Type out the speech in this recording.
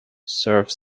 serve